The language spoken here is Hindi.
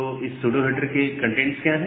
तो इस सूडो हेडर के कंटेंट्स क्या है